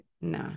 Nah